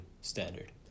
standard